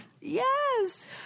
Yes